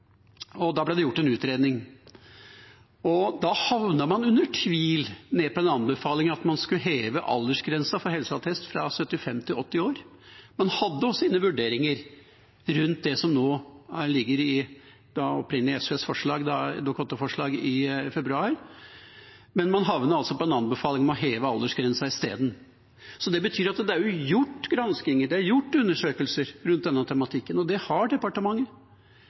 Da ble det gjort en utredning, og da havnet man, under tvil, på den anbefalingen at man skulle heve aldersgrensen for helseattest fra 75 til 80 år. En hadde også inne vurderinger rundt det som nå ligger her – og som opprinnelig var i SVs Dokument 8-forslag i februar – men man havnet altså på en anbefaling om å heve aldersgrensen isteden. Det betyr at det er gjort granskinger, det er gjort undersøkelser rundt denne tematikken, og det har departementet,